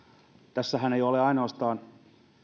tässähän eivät ole uhattuna ainoastaan